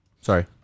Sorry